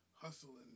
hustling